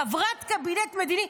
חברת קבינט מדיני,